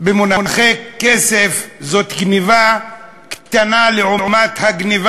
במונחי כסף זאת גנבה קטנה לעומת הגנבה